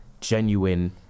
genuine